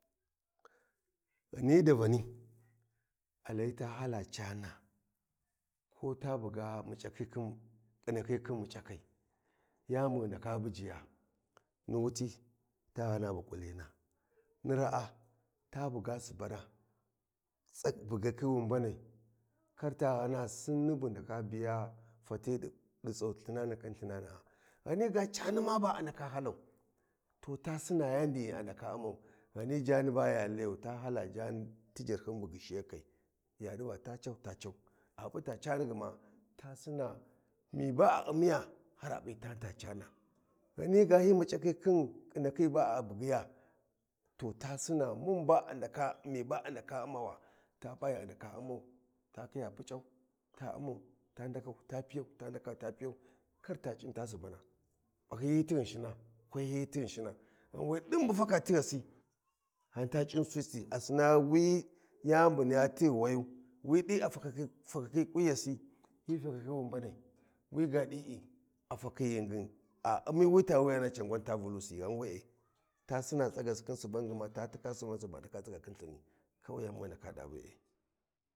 ﻿Ghani davani aliyi ta hala jaana, ko ta buga mutsaki khan kinakhi khin mutsakai yani bu ghi ndaka bujiya wuti, ta ghana bu kulina raa ta buga subana bugakhi wi mbanai, karta ghan Sinni bu naka biya fatidi tsau Lthinani khin Lthinna’a ghani ma cani ba'a ndaka halau, to ta Sina yandi ghi ndaka U’au ghani jaani ba ya myau ta hala ti jarhun bu gyishiyakai yadi va ta cau, a pota cani gma, ta Sinau mi ba a U’miya har'a P’itani ta cana. Ghani ga khinaki khin muIsakhi ba'a bugyiya, to ta Sina mun ba a ndaka me ba a ndaka U’mawo ta P’a ghi a ndaka U’mau ta khiya PuC’au ta ndakau ta P’iyau ta ndakau ta piyau karta cuta Subana p’ahiyi hi ti Ghinshina, kwahiyi hi ti Ghinshina. Ghan we din bu fakata tighasi. A sina wi yani bu niya tighi wayu, wi di fakakhi kunyasi hi fakakhi wi mbanai wi godi’i a fakhi ghingin a umi wita wuyana can gun ta Vulusi, ghan we’e ta sina tsagasi khin subana gma ta khiya tika suba subu a ndaka tsiga khin lthini, mun kawai yani bu ghi ndaka du be’e.